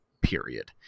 period